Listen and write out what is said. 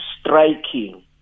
striking